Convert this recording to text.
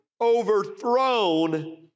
overthrown